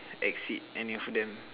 exceed any of them